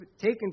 taken